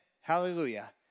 Hallelujah